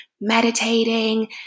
meditating